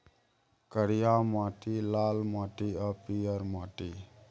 करिया माटि, लाल माटि आ पीयर माटि